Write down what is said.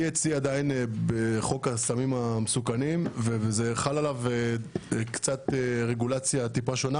PHC עדיין בחוק הסמים המסוכנים וחלה עליו רגולציה מעט שונה.